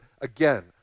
again